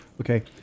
Okay